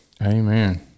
Amen